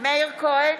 מאיר כהן,